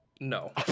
No